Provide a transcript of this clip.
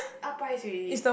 up price already